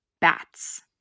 bats